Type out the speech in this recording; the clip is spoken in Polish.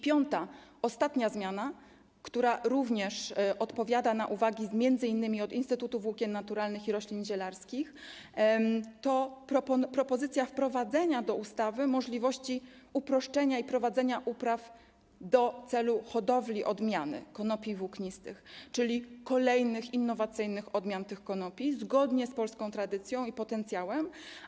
Piąta, ostatnia zmiana, która również odpowiada na uwagi m.in. od Instytutu Włókien Naturalnych i Roślin Zielarskich, to propozycja wprowadzenia do ustawy możliwości uproszczenia i prowadzenia upraw w celu hodowli odmian konopi włóknistych, czyli kolejnych innowacyjnych odmian tych konopi, zgodnie z polską tradycją i potencjałem.